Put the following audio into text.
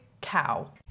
cow